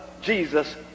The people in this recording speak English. Jesus